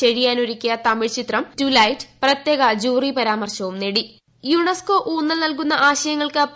ചെഴിയാൻ ഒരുക്കിയ തമിഴ് ചിത്രം to let പ്രത്യേക ജൂറി പരാമർശം യുണെസ്കോ ഊന്നൽ നൽകുന്ന ആശയങ്ങൾക്ക് നേടി